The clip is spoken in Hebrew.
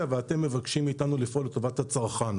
ואתם מבקשים מאתנו לפעול לטובת הצרכן.